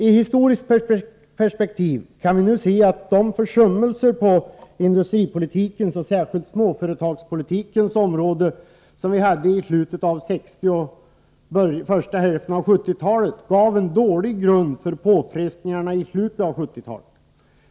I historiskt perspektiv kan vi nu se att de försummelser på industripolitikens och särskilt småföretagspolitikens områden som gjordes i slutet av 1960-talet och under första hälften av 1970-talet, gav en dålig grund för påfrestningarna i slutet av 1970-talet.